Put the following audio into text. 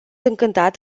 încântat